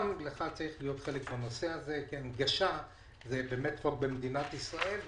גם לך צריך להיות חלק בנושא הזה כי הנגשה זה חוק במדינת ישראל,